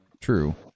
true